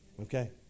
Okay